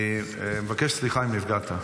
אני מבקש סליחה אם נפגעת.